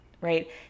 right